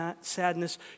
sadness